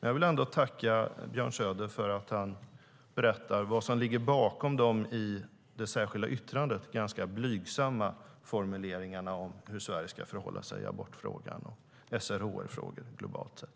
Jag vill ändå tacka Björn Söder för att han berättade vad som ligger bakom de i det särskilda yttrandet ganska blygsamma formuleringarna om hur Sverige ska förhålla sig i abortfrågan och SRHR-frågor globalt sett.